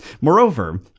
Moreover